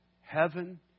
Heaven